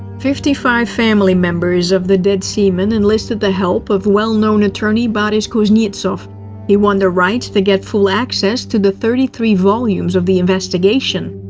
fifty five family members of the dead seamen enlisted the help of well-known attorney boris kuznetsov he won the right to get full access to the thirty three volumes of the investigation.